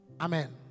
Amen